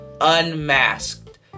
unmasked